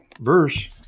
verse